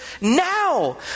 now